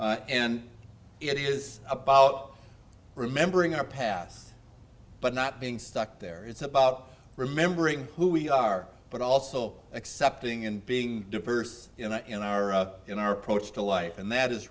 and it is about remembering our pass but not being stuck there it's about remembering who we are but also accepting and being diverse in our in our approach to life and that is